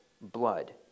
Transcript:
blood